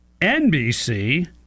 NBC